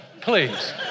Please